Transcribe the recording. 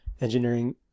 engineering